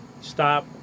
Stop